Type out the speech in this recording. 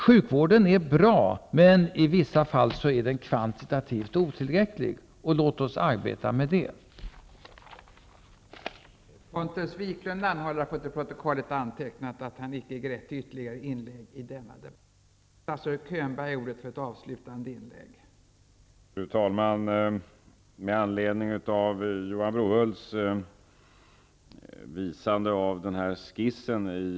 Sjukvården är bra, men i vissa fall är den kvantitativt otillräcklig, och låt oss då arbeta med den frågan.